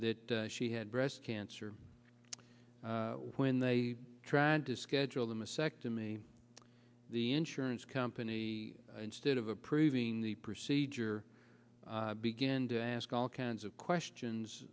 that she had breast cancer when they tried to schedule the msec to me the insurance company instead of approving the procedure begin to ask all kinds of questions